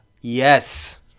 Yes